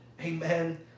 Amen